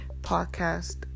podcast